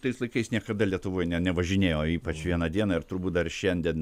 tais laikais niekada lietuvoj ne nevažinėjo ypač vieną dieną ir turbūt dar šiandien